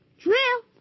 Drill